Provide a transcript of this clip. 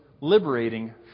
liberating